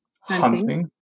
Hunting